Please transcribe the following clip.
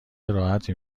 راحتی